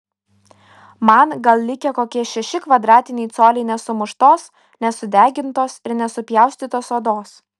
man gal likę kokie šeši kvadratiniai coliai nesumuštos nesudegintos ir nesupjaustytos odos